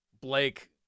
Blake –